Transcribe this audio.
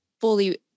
fully